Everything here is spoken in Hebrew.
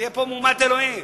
תהיה פה מהומת אלוהים.